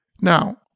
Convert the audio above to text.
Now